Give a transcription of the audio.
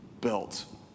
built